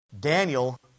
Daniel